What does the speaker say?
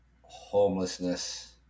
homelessness